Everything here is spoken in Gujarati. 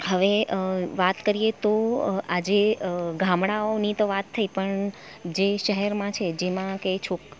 હવે વાત કરીએ તો આજે ગામડાઓની તો વાત થઈ પણ જે શહેરમાં છે જેમાં કે